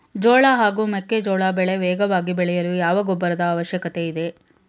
ಜೋಳ ಹಾಗೂ ಮೆಕ್ಕೆಜೋಳ ಬೆಳೆ ವೇಗವಾಗಿ ಬೆಳೆಯಲು ಯಾವ ಗೊಬ್ಬರದ ಅವಶ್ಯಕತೆ ಇದೆ?